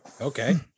Okay